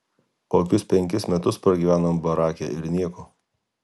kokius penkis metus pragyvenom barake ir nieko